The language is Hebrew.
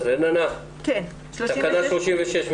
מי בעד אישור תקנה 36?